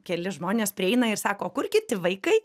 keli žmonės prieina ir sako o kur kiti vaikai